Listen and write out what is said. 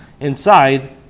inside